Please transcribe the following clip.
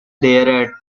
there